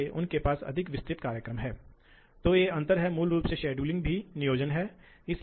तो छोटी अवधि के लिए उच्च अधिभार टॉर्क ऐसी ड्राइव प्रदान करने में सक्षम होना चाहिए